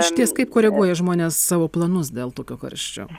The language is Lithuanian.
išties kaip koreguoja žmonės savo planus dėl tokio karščio